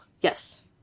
Yes